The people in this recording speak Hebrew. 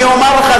אני אומר לך,